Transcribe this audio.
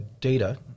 data